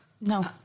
No